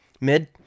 Mid